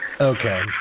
Okay